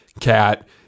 Cat